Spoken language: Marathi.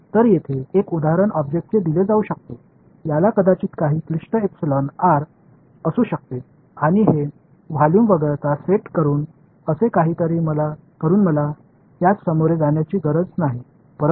तर येथे एक उदाहरण ऑब्जेक्टचे दिले जाऊ शकते याला कदाचित काही क्लिष्ट एपिसलन आर असू शकते आणि हे व्हॉल्यूम वगळता सेट करुन असे काहीतरी करून मला त्यास सामोरे जाण्याची गरज नाही परंतु